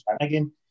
again